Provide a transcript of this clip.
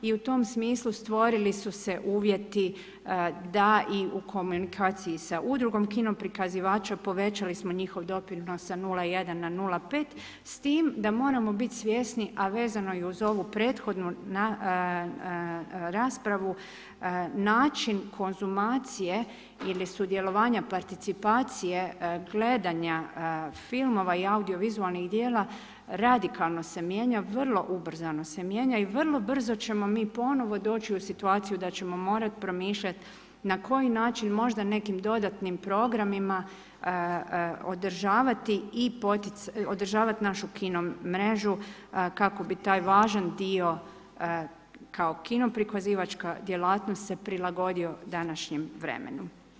I u tom smislu stvorili su se uvjeti da i u komunikaciji sa Udrugom kino prikazivača, povećali smo njihov doprinos sa 0.1 na 0.5, s tim da moramo biti svjesni, a vezano i uz ovu prethodnu raspravu, način konzumacije ili sudjelovanja participacije gledanja filmova i audiovizualnih djela radikalno se mijenja, vrlo ubrzano se mijenja i vrlo brzo ćemo mi ponovo doći u situaciju da ćemo morat promišljat na koji način možda nekim dodatnim programima održavat našu kino mrežu kako bi taj važan dio kao kino prikazivač, kao djelatnost se prilagodio današnjem vremenu.